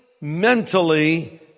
mentally